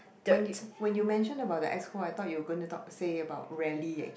when you when you mention about the Exco I thought you going to talk say about rally